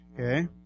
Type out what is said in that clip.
Okay